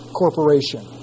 corporation